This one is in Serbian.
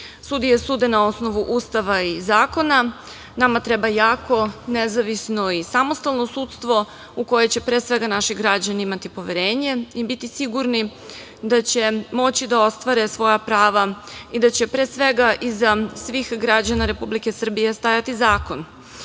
sude na osnovu Ustava i zakona. Nama treba jako, nezavisno i samostalno sudstvo u koje će pre svega naši građani imati poverenje i biti sigurni da će moći da ostvare svoja prava i da će pre svega iza svih građana Republike Srbije stajati zakon. Jedan